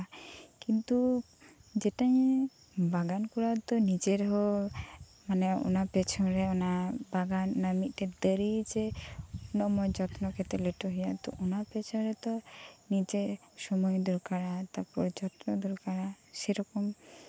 ᱠᱤᱱᱛᱩ ᱡᱮᱴᱟᱧ ᱵᱟᱜᱟᱱ ᱠᱚᱨᱟᱣ ᱛᱮᱫᱚ ᱱᱤᱡᱮ ᱨᱮᱦᱚᱸ ᱢᱟᱱᱮ ᱚᱱᱟ ᱯᱮᱪᱷᱚᱱ ᱨᱮ ᱵᱟᱜᱟᱱ ᱚᱱᱟ ᱫᱟᱨᱤ ᱵᱟᱝᱢᱟ ᱡᱚᱛᱱᱚ ᱠᱟᱛᱮ ᱞᱟᱹᱴᱩᱭ ᱦᱩᱭᱩᱜᱼᱟ ᱛᱚ ᱚᱱᱟ ᱯᱮᱪᱷᱚᱱ ᱨᱮᱛᱚ ᱱᱤᱡᱮ ᱥᱚᱢᱚᱭ ᱫᱚᱨᱠᱟᱨᱟ ᱛᱟᱨᱯᱚᱨ ᱪᱷᱚᱛᱨᱚ ᱫᱚᱨᱟᱠᱟᱨᱟ ᱥᱮᱨᱚᱠᱚᱢ